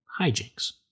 hijinks